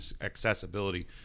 accessibility